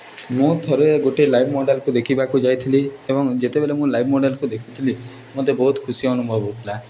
ମୁଁ ଥରେ ଗୋଟେ ଲାଇଭ୍ ମଡ଼େଲ୍କୁ ଦେଖିବାକୁ ଯାଇଥିଲି ଏବଂ ଯେତେବେଳେ ମୁଁ ଲାଇଭ୍ ମଡ଼େଲକୁ ଦେଖୁଥିଲି ମତେ ବହୁତ ଖୁସି ଅନୁଭବ ହେଉଥିଲା